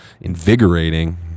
invigorating